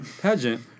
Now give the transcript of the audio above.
pageant